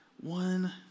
one